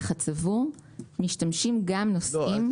הצבור משתמשים גם נוסעים --- לא,